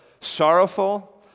sorrowful